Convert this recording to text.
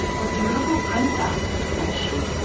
the beautiful princess, said she,